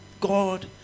God